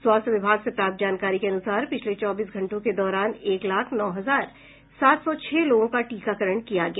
स्वास्थ्य विभाग से प्राप्त जानकारी के अनुसार पिछले चौबीस घंटों के दौरान एक लाख नौ हजार सात सौ छह लोगों का टीकाकरण किया गया